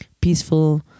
peaceful